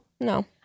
no